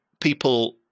people